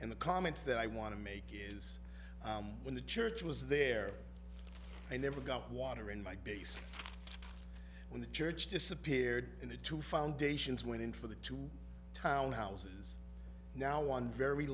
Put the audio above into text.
and the comments that i want to make is when the church was there i never got water in my basement when the church disappeared and the two foundations went in for the two townhouses now one very